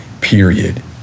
period